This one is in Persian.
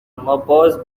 ماباز